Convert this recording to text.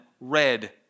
red